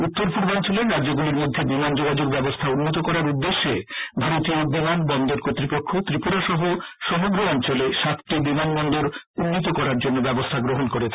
উত্তর পূর্বাঞ্চলের রাজ্যগুলির মধ্যে বিমান যোগাযোগ ব্যবস্থা উন্নত করার উদ্দেশ্যে ভারতীয় বিমানবন্দর কর্তৃপক্ষ ত্রিপুরাসহ সমগ্র অঞ্চলে সাতটি বিমানবন্দর উগ্নীত করার জন্য ব্যবস্থা গ্রহণ করেছে